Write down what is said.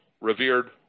revered